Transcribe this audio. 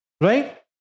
right